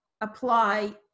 apply